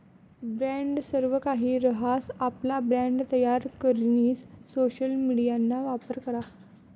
brand सर्वकाहि रहास, आपला ब्रँड तयार करीसन सोशल मिडियाना वापर करा